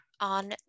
on